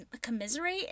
commiserate